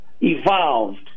evolved